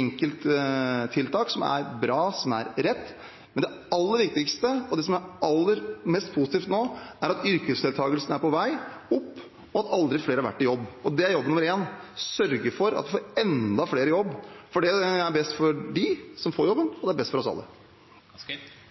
enkelttiltak som er bra, som er rett, men det aller viktigste, og det som er aller mest positivt nå, er at yrkesdeltakelsen er på vei opp, og at aldri før har flere vært i jobb. Det er jobb nummer én: sørge for at vi får enda flere i jobb, for det er best for dem som får jobb, og det er best for oss alle.